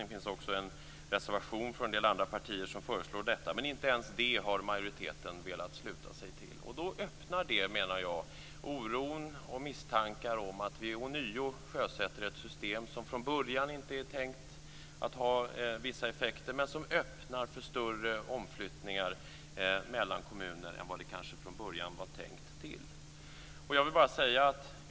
Det finns också en reservation från andra partier där detta föreslås. Men inte ens det har majoriteten velat sluta sig till. Det öppnar för oro och misstankar om att vi ånyo sjösätter ett system som från början inte är tänkt att få vissa effekter men som öppnar för större omflyttningar mellan kommuner än vad som från början var tänkt.